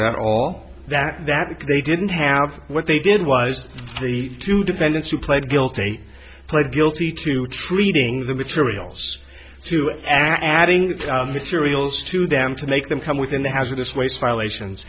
that all that that they didn't have what they did was the two defendants who pled guilty pled guilty to treating the materials to adding cereals to them to make them come within the hazardous waste violations